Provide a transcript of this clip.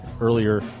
earlier